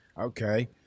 Okay